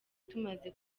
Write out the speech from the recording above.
tumaze